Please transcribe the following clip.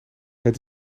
het